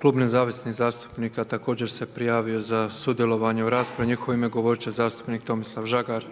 Klub nezavisnih zastupnika također se prijavio za sudjelovanje u raspravi, u njihovo ime govoriti će zastupnik Tomislav Žagar.